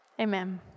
Amen